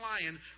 lion